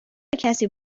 کسی